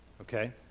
Okay